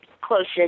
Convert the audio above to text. closest